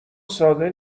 ساده